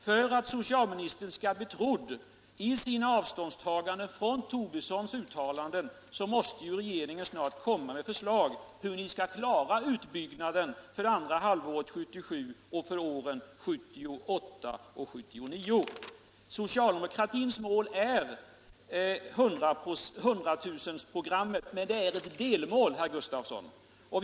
För att socialministern skall bli trodd i sina avståndstaganden från herr Tobissons uttalanden måste regeringen snart komma med förslag om hur man skall klara utbyggnaden för andra halvåret 1977 och för åren 1978 och 1979. 100 000-programmet är för socialdemokratin endast ett delmål.